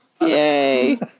Yay